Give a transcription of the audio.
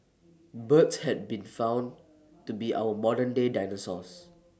birds had been found to be our modern day dinosaurs